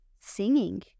singing